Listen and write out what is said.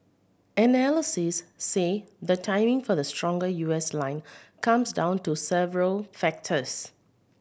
analysts say the timing for the stronger U S line comes down to several factors